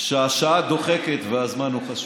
שהשעה דוחקת והזמן הוא חשוב.